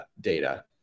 data